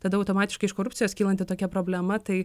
tada automatiškai iš korupcijos kylanti tokia problema tai